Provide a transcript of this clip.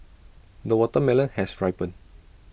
the watermelon has ripened